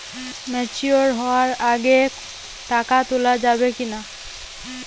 Mature হওয়ার আগে টাকা তোলা যাবে কিনা?